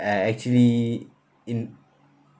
uh actually in